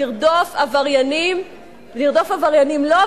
לרדוף עבריינים לא,